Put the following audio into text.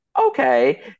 okay